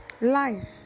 Life